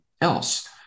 else